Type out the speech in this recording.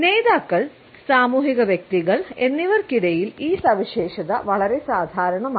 നേതാക്കൾ സാമൂഹിക വ്യക്തികൾ എന്നിവർക്കിടയിൽ ഈ സവിശേഷത വളരെ സാധാരണമാണ്